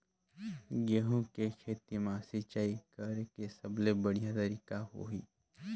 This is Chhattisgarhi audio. गंहू के खेती मां सिंचाई करेके सबले बढ़िया तरीका होही?